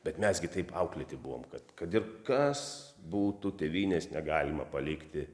bet mes gi taip auklėti buvom kad kad ir kas būtų tėvynės negalima palikti